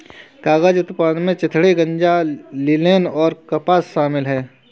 कागज उत्पादन में चिथड़े गांजा लिनेन और कपास शामिल है